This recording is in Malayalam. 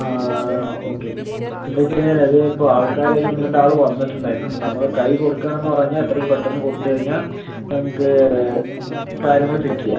ഓക്കെ എന്താ വെച്ച് കഴിഞ്ഞാൽ അത് ഇപ്പം ആൾക്കാര് ആയി ഒന്ന് രണ്ട് ആള് വന്നിട്ട് ഉണ്ടായിരുന്നു അപ്പം നമ്മള് കൈ കൊടുക്കാണെന്ന് പറഞ്ഞാൽ എത്രയും പെട്ടെന്ന് കൊടുത്ത് കഴിഞ്ഞാൽ നമ്മക്ക് കാര്യങ്ങള് സെറ്റില് ചെയ്യാം